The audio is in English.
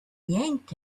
yanked